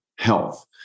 health